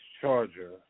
Charger